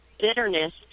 bitterness